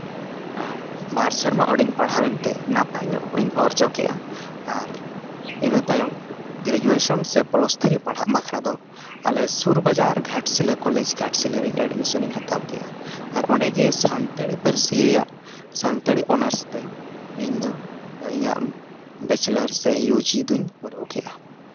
ᱟᱨ ᱵᱟᱨ ᱥᱮᱨᱢᱟ ᱚᱸᱰᱮᱧ ᱯᱟᱲᱦᱟᱣᱮᱱ ᱛᱮ ᱱᱟᱯᱟᱭ ᱧᱚᱜ ᱛᱤᱧ ᱚᱨᱡᱚ ᱠᱮᱫᱼᱟ ᱟᱨ ᱤᱱᱟᱹ ᱛᱟᱭᱚᱢ ᱜᱨᱮᱡᱩᱭᱮᱥᱮᱱ ᱥᱮ ᱯᱞᱟᱥ ᱛᱷᱨᱤ ᱯᱟᱲᱦᱟᱜ ᱵᱟᱠᱷᱨᱟ ᱫᱚ ᱟᱞᱮ ᱥᱩᱨ ᱵᱟᱡᱟᱨ ᱜᱷᱟᱴᱥᱤᱞᱟᱹ ᱠᱚᱞᱮᱡᱽ ᱜᱷᱟᱴᱥᱤᱞᱟᱹ ᱨᱮ ᱮᱰᱢᱤᱥᱚᱱ ᱤᱧ ᱦᱟᱛᱟᱣ ᱠᱮᱜᱼᱟ ᱟᱨ ᱚᱸᱰᱮ ᱜᱮ ᱥᱟᱱᱛᱟᱲᱤ ᱨᱮᱭᱟᱜ ᱥᱟᱱᱛᱟᱲᱤ ᱚᱱᱟᱨᱥ ᱛᱮ ᱤᱧᱫᱚ ᱤᱧᱟᱹᱜ ᱵᱮᱪᱟᱞᱟᱨᱥ ᱥᱮ ᱤᱭᱩ ᱡᱤ ᱫᱚᱧ ᱯᱩᱨᱟᱹᱣ ᱠᱮᱫᱟ